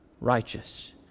righteous